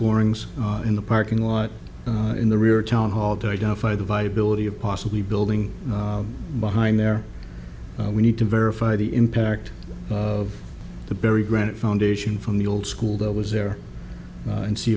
borings in the parking lot in the rear town hall to identify the viability of possibly building behind there we need to verify the impact of the bury granite foundation from the old school that was there and see